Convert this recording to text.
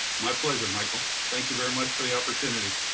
my pleasure, michael. thank you very much for the opportunity.